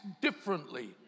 differently